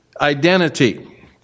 identity